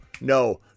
no